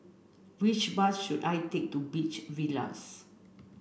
which bus should I take to Beach Villas